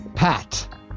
Pat